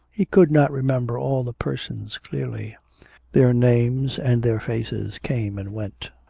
he could not remember all the persons clearly their names and their faces came and went.